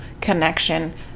connection